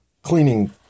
Cleaning